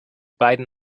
beiden